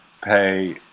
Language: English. pay